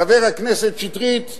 חבר הכנסת שטרית,